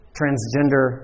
transgender